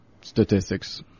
statistics